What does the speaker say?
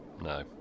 No